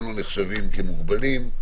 הם לא נחשבים כמוגבלים,